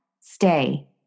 Stay